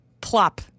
plop